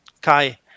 Kai